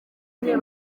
mbere